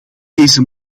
deze